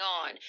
on